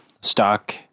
stock